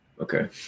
Okay